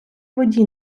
воді